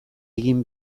egin